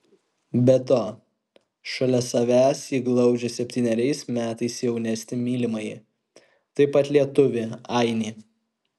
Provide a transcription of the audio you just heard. be to šalia savęs ji glaudžia septyneriais metais jaunesnį mylimąjį taip pat lietuvį ainį